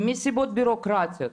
מסיבות בירוקרטיות.